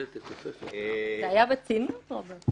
זה היה בציניות, רוברט?